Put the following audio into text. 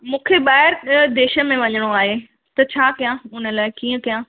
मूंखे ॿाहिरि अ देश में वञिणो आहे त छा कया उन लाइ कीअं कया